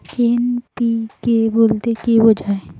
NPK বলতে কী বোঝায়?